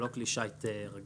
הוא לא כלי שיט רגיל,